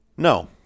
No